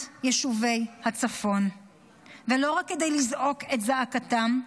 יישובי הצפון לא רק כדי לזעוק את זעקתם,